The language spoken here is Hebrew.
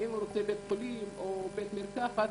אם רוצה בית חולים או בית מרחקת,